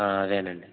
అదే అండి